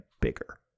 bigger